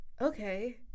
Okay